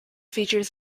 features